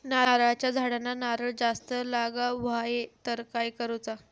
नारळाच्या झाडांना नारळ जास्त लागा व्हाये तर काय करूचा?